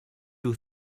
you